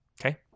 Okay